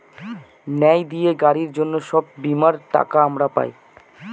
ন্যায় দিয়ে গাড়ির জন্য সব বীমার টাকা আমরা পাই